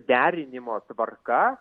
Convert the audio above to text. derinimo tvarka